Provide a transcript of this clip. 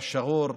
אל-שאע'ור,